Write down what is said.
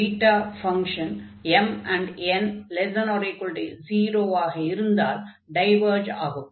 beta function m n ≤0 ஆக இருந்தால் diverge ஆகும்